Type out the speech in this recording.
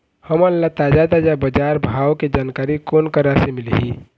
हमन ला ताजा ताजा बजार भाव के जानकारी कोन करा से मिलही?